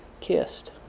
kissed